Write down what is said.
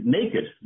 naked